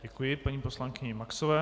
Děkuji paní poslankyni Maxové.